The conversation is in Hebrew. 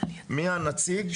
מי הנציג,